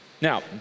Now